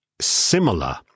similar